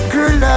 Girl